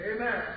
Amen